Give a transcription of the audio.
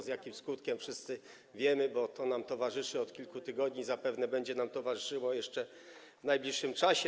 Z jakim skutkiem, wszyscy wiemy, bo to towarzyszy nam od kilku tygodni, a zapewne będzie nam towarzyszyło jeszcze w najbliższym czasie.